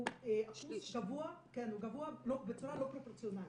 הוא אחוז קבוע בצורה לא פרופורציונאלית.